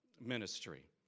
ministry